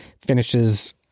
finishes